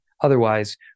Otherwise